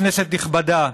כנסת נכבדה,